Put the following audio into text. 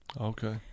Okay